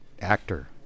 actor